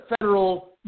Federal